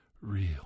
real